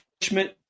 punishment